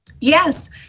Yes